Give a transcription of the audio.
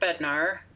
Bednar